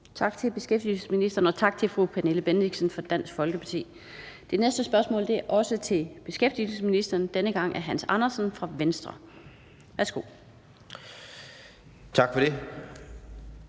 Tak til beskæftigelsesministeren, og tak til fru Pernille Bendixen fra Dansk Folkeparti. Det næste spørgsmål er også til beskæftigelsesministeren. Denne gang er det af hr. Hans Andersen fra Venstre. Kl. 16:38 Spm.